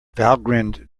valgrind